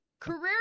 Career